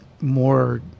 more